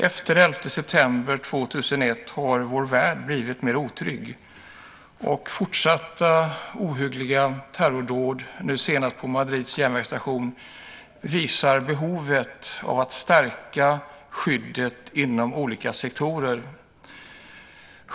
Efter den 11 september 2001 har vår värld blivit mer otrygg, och fortsatta ohyggliga terrordåd, nu senast på Madrids järnvägsstation, visar behovet av att stärka skyddet inom olika sektorer.